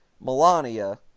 Melania